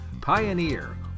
Pioneer